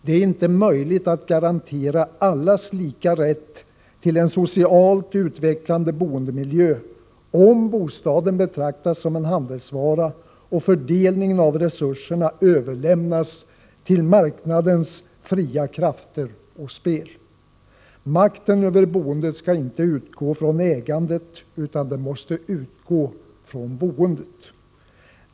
Det är inte möjligt att garantera allas lika rätt till en socialt utvecklande boendemiljö, om bostaden betraktas som en handelsvara och fördelningen av resurserna överlämnas till marknadens fria krafter och spel. Makten över boendet skall inte utgå från ägandet, utan det måste utgå från boendet.